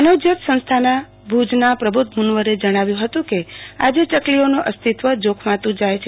માનવજ્યોત સંસ્થા ભુજના પ્રબોધ મુનવરે જણાવ્યું હતું કે આજે ચકલીઓનું અસ્તિત્વ જોખમાતું જાય છે